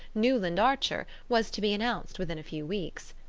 newland archer, was to be announced within a few weeks.